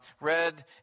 red